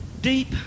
deep